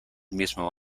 mismo